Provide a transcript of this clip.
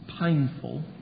painful